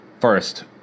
First